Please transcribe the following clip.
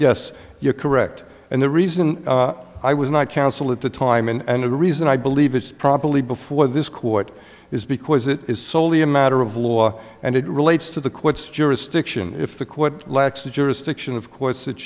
yes you're correct and the reason i was not counsel at the time and the reason i believe it's probably before this court is because it is solely a matter of law and it relates to the courts jurisdiction if the quote lacks the jurisdiction of course it